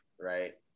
right